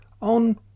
On